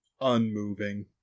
unmoving